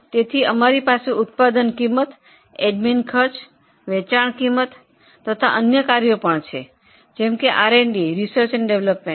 તેથી ખર્ચનું વર્ગીકરણ ઉત્પાદન ખર્ચ એડમિન ખર્ચ વેચાણ ખર્ચ અને આર અને ડી મુજબ પણ કરવામાં આવે છે